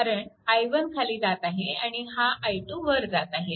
कारण i1 खाली जात आहे आणि हा i2 वर जात आहे